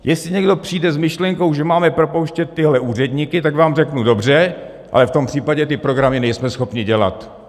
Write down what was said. Jestli někdo přijde s myšlenkou, že máme propouštět tyhle úředníky, tak vám řeknu dobře, ale v tom případě ty programy nejsme schopni dělat!